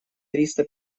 триста